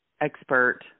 expert